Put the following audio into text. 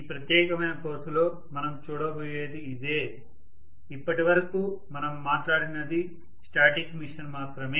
ఈ ప్రత్యేకమైన కోర్సులో మనం చూడబోయేది ఇదే ఇప్పటి వరకు మనం మాట్లాడినది స్టాటిక్ మెషీన్ మాత్రమే